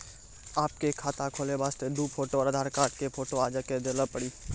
आपके खाते खोले वास्ते दु फोटो और आधार कार्ड के फोटो आजे के देल पड़ी?